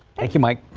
thank you mike.